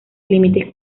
límites